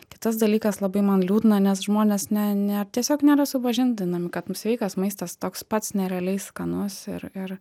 kitas dalykas labai man liūdna nes žmonės ne ne tiesiog nėra supažindinami kad nu sveikas maistas toks pats nerealiai skanus ir ir